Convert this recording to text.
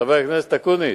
חבר הכנסת אקוניס,